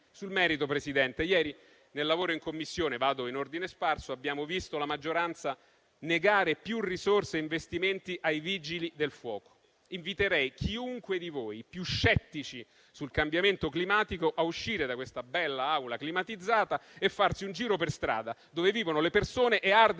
Sul merito, Presidente, ieri nel lavoro in Commissione (vado in ordine sparso) abbiamo visto la maggioranza negare maggiori risorse e investimenti ai Vigili del fuoco. Inviterei chiunque di voi, i più scettici sul cambiamento climatico, a uscire da questa bella Aula climatizzata e a farsi un giro per strada, dove vivono le persone e arde